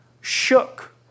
shook